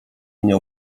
mnie